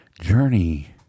journey